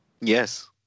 Yes